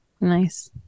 Nice